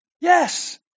yes